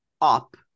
up